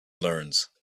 learns